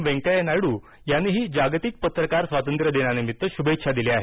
वेंकय्या नायडू यांनीही जागतिक पत्रकार स्वातंत्र्य दिनानिमित्त शुभेच्छा दिल्या आहेत